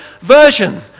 version